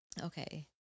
Okay